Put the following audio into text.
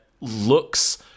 looks